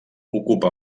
ocupa